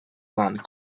land